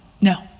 No